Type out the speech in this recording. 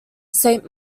saint